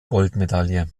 goldmedaille